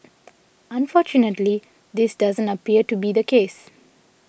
unfortunately this doesn't appear to be the case